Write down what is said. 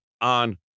on